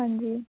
ਹਾਂਜੀ